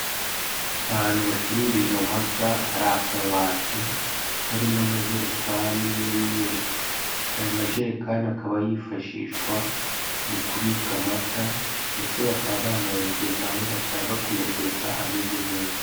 Ahantu bacururiza amata hari akabati karimo amajerekani y'umweru, aya majerekani akaba yifashishwa mu kubika amata, ndetse bakaba banayageza aho bashaka kuyageza ameze neza.